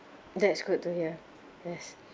that's good to hear yes